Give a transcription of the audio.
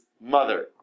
mother